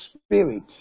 spirit